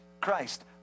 Christ